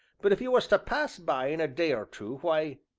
but if you was to pass by in a day or two, why,